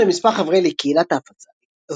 יחד עם מספר חברי קהילת ההפצה,